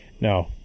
no